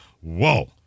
whoa